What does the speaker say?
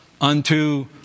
unto